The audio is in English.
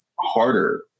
harder